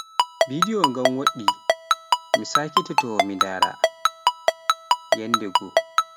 Vidiyo ngam woɗɗi mi sakitoto mi ndara, yanndegoo.